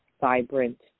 vibrant